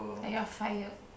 I got fired